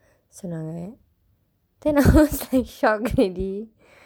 சொன்னாங்க:sonaangka then now he's like shocked already